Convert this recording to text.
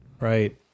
Right